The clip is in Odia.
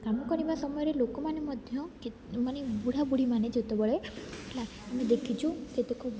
କାମ କରିବା ସମୟରେ ଲୋକମାନେ ମଧ୍ୟ ମାନେ ବୁଢ଼ା ବୁଢ଼ୀ ମାନେ ଯେତେବେଳେ ହେଲା ଆମେ ଦେଖିଛୁ ସେତକ